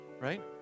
Right